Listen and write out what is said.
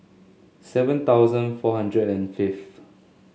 seven thousand four hundred and fifth